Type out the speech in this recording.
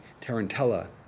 Tarantella